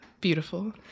Beautiful